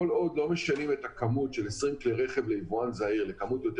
מגדילים את הכמות של 20 כלי רכב ליבואן זעיר לכמות יותר